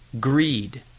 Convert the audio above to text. greed